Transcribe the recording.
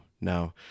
no